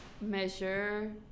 measure